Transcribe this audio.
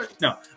no